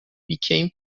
became